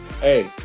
Hey